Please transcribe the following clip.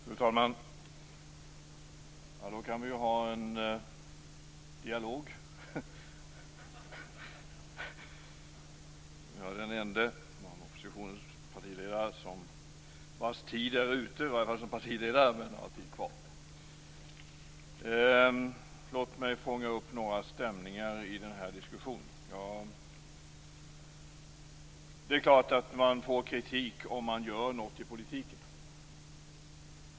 Fru talman! Då kan vi ha en dialog, Göran Persson och jag, eftersom jag är den ende av oppositionens partiledare som har tid kvar i debatten, även om min tid som partiledare är ute. Låt mig fånga upp några stämningar i den här diskussionen. Det är klart att man får kritik om man gör något i politiken.